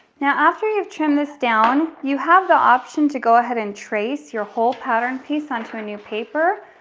now, after you've trimmed this down, you have the option to go ahead and trace your whole pattern piece on to a new paper,